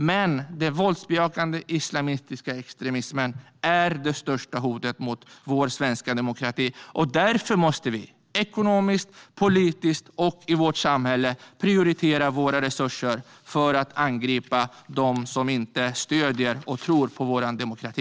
Men den våldsbejakande islamistiska extremismen är det största hotet mot vår svenska demokrati. Därför måste vi ekonomiskt, politiskt och i vårt samhälle prioritera våra resurser för att angripa dem som inte stöder och tror på vår demokrati.